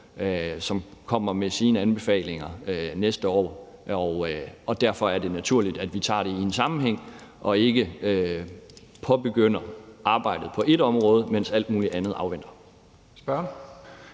som kommer med sine anbefalinger næste år. Derfor er det naturligt, at vi tager det i en sammenhæng og ikke påbegynder arbejdet på et område, mens alt muligt andet afventer.